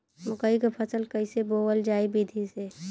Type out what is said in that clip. मकई क फसल कईसे बोवल जाई विधि से?